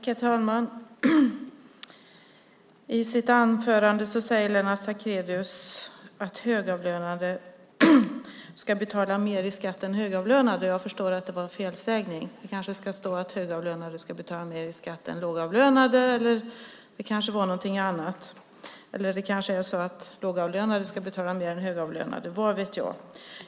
Herr talman! I sitt anförande säger Lennart Sacrédeus att högavlönade ska betala mer i skatt än högavlönade. Jag förstår att det var en felsägning. Det kanske ska vara så att högavlönade ska betala mer i skatt än lågavlönade. Eller det kanske är så att lågavlönade ska betala mer än högavlönade. Vad vet jag?